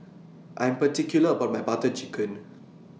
I Am particular about My Butter Chicken